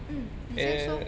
mm 你先说